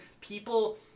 people